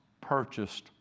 purchased